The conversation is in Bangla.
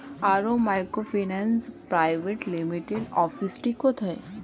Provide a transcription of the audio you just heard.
আরোহন মাইক্রোফিন্যান্স প্রাইভেট লিমিটেডের অফিসটি কোথায়?